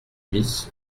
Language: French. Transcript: bis